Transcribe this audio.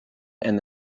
and